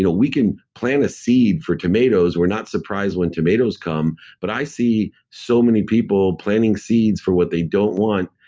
ah we can plant a seed for tomatoes, we're not surprised when tomatoes come. but i see so many people planting seeds for what they don't want,